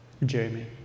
Jamie